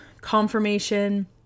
confirmation